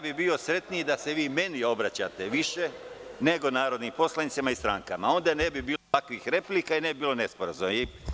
Bio bih srećniji da se vi meni obraćate više, nego narodnim poslanicima i strankama, jer onda ne bi bilo ovakvih replika i ovakvih nesporazuma.